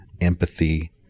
empathy